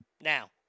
Now